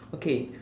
okay